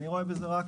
אני רואה בזה רק